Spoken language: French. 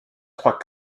trois